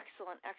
excellent